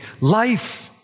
Life